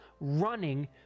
running